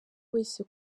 wese